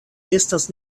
estas